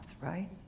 right